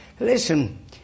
Listen